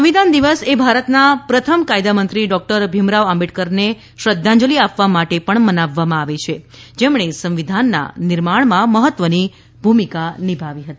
સંવિધાન દિવસ એ ભારતના પ્રથમ કાયદામંત્રી ડોકટર ભીમરાવ આંબેડકરને શ્રધ્ધાજલિ આપવા માટે પણ મનાવવામાં આવે છે જેમણે સંવિધાનના નિર્માણમાં મહત્વની ભૂમિકા નિભાવી હતી